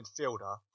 midfielder